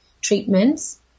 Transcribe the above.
treatments